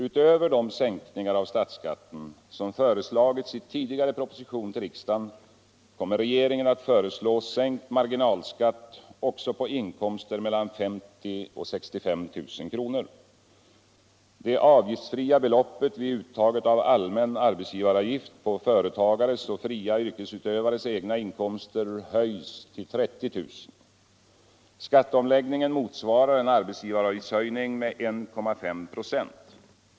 Utöver de sänkningar av statsskatten som föreslagits i tidigare proposition till riksdagen kommer regeringen att föreslå sänkt marginalskatt också på inkomster mellan 50 000 och 65 000 kr. Det avgtftsfria beloppet vid uttaget av allmän arbetsgivaravgift på företagares och fria yrkesutövares egna inkomster höjs till 30 000 kr. Skattcomläggningen motsvarar en arbetsgivaravgiftshöjning med 1,5 ?6.